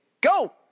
go